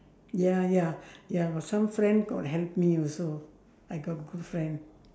ya ya ya got some friend got help me also I got good friend